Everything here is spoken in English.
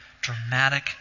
dramatic